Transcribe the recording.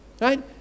Right